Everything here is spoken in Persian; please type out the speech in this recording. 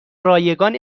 رایگان